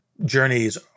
journeys